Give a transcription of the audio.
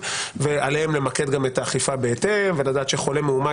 ועליהם גם למקד את האכיפה בהתאם ולדעת שחולה מאומת